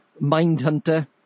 Mindhunter